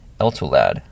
Eltulad